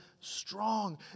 strong